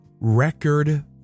record